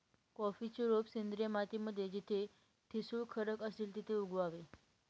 कॉफीची रोप सेंद्रिय माती मध्ये जिथे ठिसूळ खडक असतील तिथे उगवावे